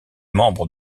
membre